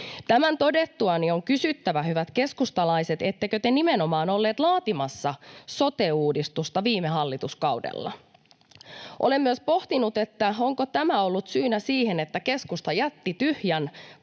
Tämän todettuani on kysyttävä, hyvät keskustalaiset: ettekö te nimenomaan olleet laatimassa sote-uudistusta viime hallituskaudella? Olen myös pohtinut, onko tämä ollut syynä siihen, että keskusta jätti tyhjän